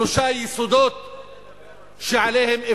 אלה שלושה יסודות שעליהם,